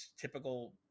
typical